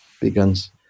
begins